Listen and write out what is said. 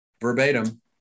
verbatim